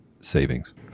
savings